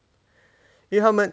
因为他们